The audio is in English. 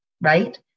right